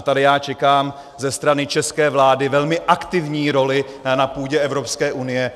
Tady já čekám ze strany české vlády velmi aktivní roli na půdě Evropské unie.